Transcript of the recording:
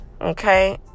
Okay